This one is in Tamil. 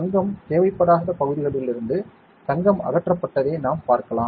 தங்கம் தேவைப்படாத பகுதிகளிலிருந்து தங்கம் அகற்றப்பட்டதை நாம் பார்க்கலாம்